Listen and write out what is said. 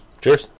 cheers